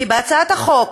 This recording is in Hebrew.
כי בהצעת החוק,